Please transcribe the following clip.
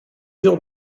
eurent